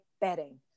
betting